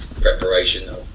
preparation